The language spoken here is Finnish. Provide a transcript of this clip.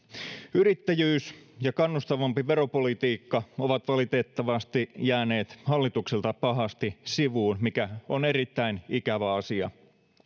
yrittäjyys ja kannustavampi veropolitiikka ovat valitettavasti jääneet hallitukselta pahasti sivuun mikä on erittäin ikävä asia